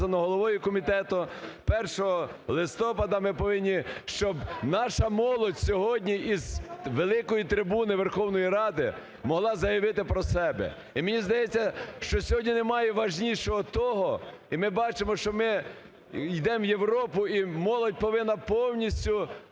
головою комітету, 1 листопада ми повинні… щоб наша молодь сьогодні з великої трибуни Верховної Ради могла заявити про себе. І мені здається, що сьогодні немає важнішого того, і ми бачимо, що ми ідемо у Європу і молодь повинна повністю